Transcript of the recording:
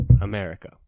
America